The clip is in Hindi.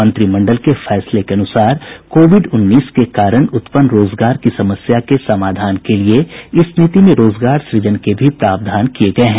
मंत्रिमंडल के फैसले के अनुसार कोविड उन्नीस के कारण उत्पन्न रोजगार की समस्या के समाधान के लिए इस नीति में रोजगार सृजन के भी प्रावधान किए गए हैं